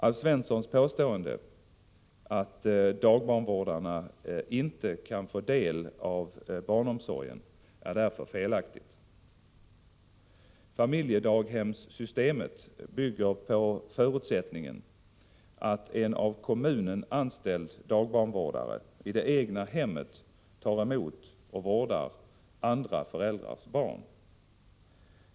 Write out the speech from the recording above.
Alf Svenssons påstående att dagbarnvårdarna inte kan få del av barnomsorgen är därför felaktigt. Familjedaghemssystemet bygger på förutsättningen att en av kommunen anställd dagbarnvårdare i det egna hemmet tar emot och vårdar andra föräldrars barn.